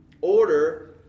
Order